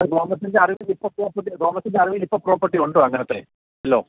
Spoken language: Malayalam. തോമസിൻ്റെ അറിവില് ഇപ്പോള് പ്രോപ്പർട്ടി തോമസിന്റെ അറിവില് ഇപ്പോള് പ്രോപ്പർട്ടി ഉണ്ടോ അങ്ങനത്തെ വല്ലതും